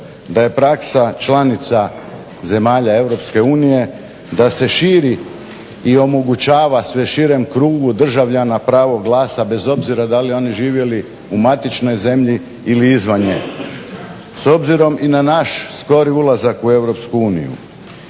da je praksa članica zemalja EU da se širi i omogućava sve širem krugu državljana pravo glasa bez obzira da li oni živjeli u matičnoj zemlji ili izvan nje. S obzirom i na naš skori ulazak u EU